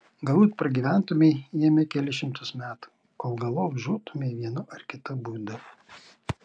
galbūt pragyventumei jame kelis šimtus metų kol galop žūtumei vienu ar kitu būdu